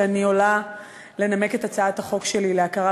שאני עולה לנמק את הצעת החוק שלי להכרה